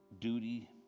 duty